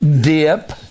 dip